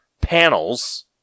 panels